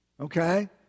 okay